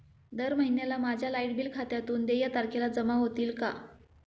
दर महिन्याला माझ्या लाइट बिल खात्यातून देय तारखेला जमा होतील का?